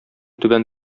түбән